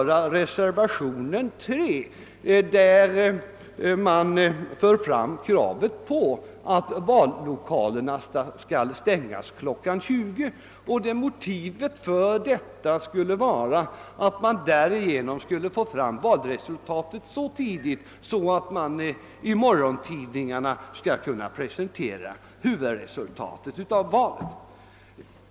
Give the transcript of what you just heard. I reservationen 3 slutligen har krav framförts om att vallokalerna skall stängas kl. 20. Motivet härför är att valresultatet skulle framläggas så snabbt att det i sina huvuddrag kunde presenteras i morgontidningarna dagen efter.